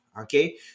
Okay